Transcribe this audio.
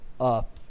up